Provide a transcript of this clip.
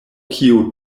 kio